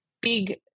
big